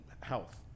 health